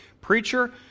preacher